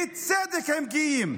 בצדק הם גאים.